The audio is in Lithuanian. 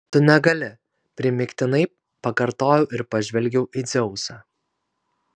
tu negali primygtinai pakartojau ir pažvelgiau į dzeusą